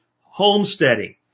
Homesteading